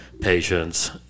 patients